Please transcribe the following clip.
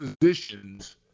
positions